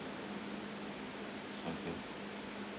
okay